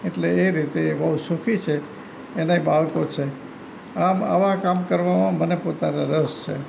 એટલે એ રીતે એ બહુ સુખી છે એનેય બાળકો છે આમ આવા કામ કરવામાં મને પોતાને રસ છે